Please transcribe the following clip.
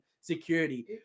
security